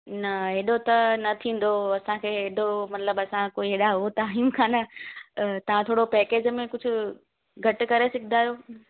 न एॾो त न थींदो असांखे एॾो मतिलब असां कोई एॾा हूअ त आहियूं कोन्ह त तव्हां थोरो पेकेज में कुझु घटि करे सघंदा आहियो